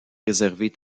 réservée